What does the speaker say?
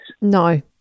No